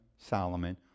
Solomon